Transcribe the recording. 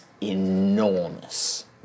enormous